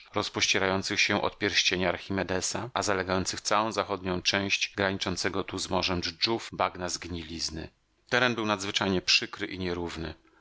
rozpościerających się od pierścienia archimedesa a zalegających całą zachodnią część graniczącego tu z morzem dżdżów bagna zgnilizny teren był nadzwyczajnie przykry i nierówny